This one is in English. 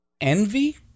Envy